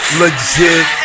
legit